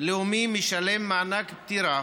לאומי משלם מענק פטירה